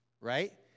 Right